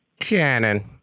Shannon